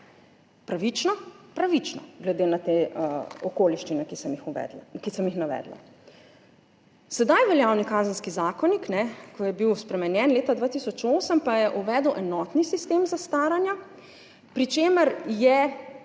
Pravično? Pravično, glede na te okoliščine, ki sem jih navedla. Sedaj veljavni Kazenski zakonik, ko je bil spremenjen leta 2008, pa je uvedel enotni sistem zastaranja, pri čemer je